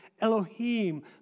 Elohim